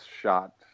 shot